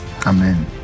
Amen